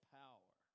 power